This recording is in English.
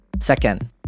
Second